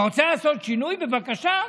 אתה רוצה לעשות שינוי בבקשה,